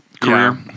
career